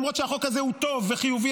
למרות שהחוק הזה הוא טוב וחיובי,